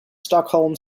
stockholm